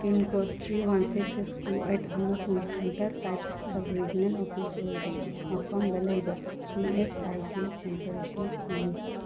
pin code three one six six two eight ꯑꯃꯁꯨꯡ centre type sub regional office ꯑꯣꯏꯕ ꯃꯐꯝꯗ ꯂꯩꯕ E S I C ꯁꯦꯟꯇꯔꯁꯤꯡ ꯊꯤꯌꯨ